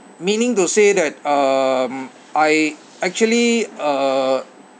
meaning to say that um I actually uh